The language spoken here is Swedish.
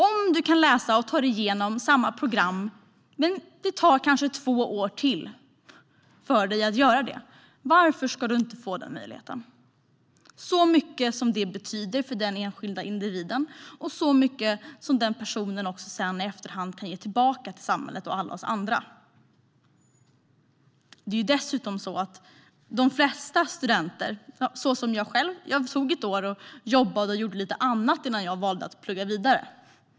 Om man kan ta sig igenom samma program fast det kanske tar två år längre, varför ska man inte få den möjligheten? Det skulle betyda så mycket för den enskilda individen, som sedan kan ge massor tillbaka till samhället och alla oss andra. Faktum är att jag tog ett år för att jobba och göra lite annat innan jag valde att plugga vidare.